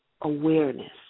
awareness